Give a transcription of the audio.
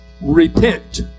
repent